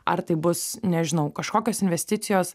ar tai bus nežinau kažkokios investicijos